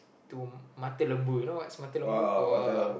to mata lembu you know what's mata lembu or